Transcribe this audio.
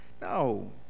No